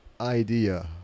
idea